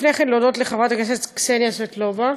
לפני כן להודות לחברת הכנסת קסניה סבטלובה,